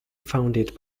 founded